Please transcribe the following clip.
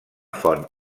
font